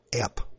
app